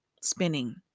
spinning